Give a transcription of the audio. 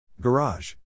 Garage